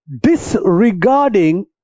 disregarding